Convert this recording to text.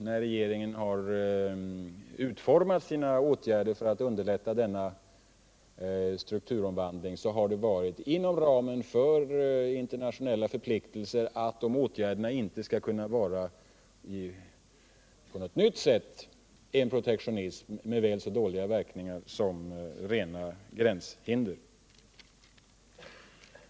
När regeringen har utformat sina åtgärder för att underlätta strukturomvandlingen så har det varit inom ramen för internationella förpliktelser att åtgärderna inte skall innebära en ny form av protektionism med väl så dåliga verkningar som rena gränshinder.